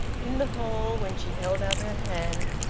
in the hall, when she held out her hand,